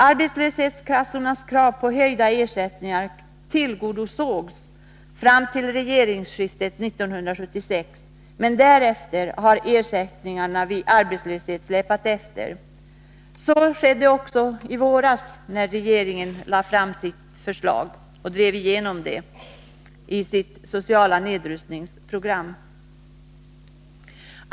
Arbetslöshetskassornas krav på höjda ersättningar tillgodosågs fram till regeringsskiftet 1976, men därefter har ersättningarna vid arbetslöshet släpat efter. Så skedde också i våras när regeringen drev igenom sitt sociala nedrustningsprogram.